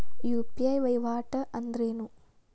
UPI ವಹಿವಾಟ್ ಅಂದ್ರೇನು?